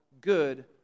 good